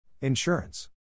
Insurance